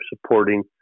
supporting